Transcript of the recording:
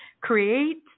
create